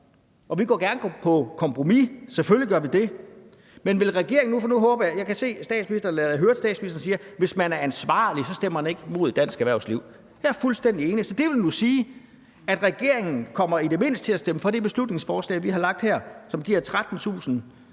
og vi går gerne på kompromis, selvfølgelig gør vi det, men vil regeringen det? Jeg kan høre statsministeren sige, at hvis man er ansvarlig, stemmer man ikke imod dansk erhvervsliv. Jeg er fuldstændig enig. Så det vil jo sige, at regeringen i det mindste kommer til at stemme for det beslutningsforslag, vi har lagt her, som giver 13.000